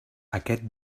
aquest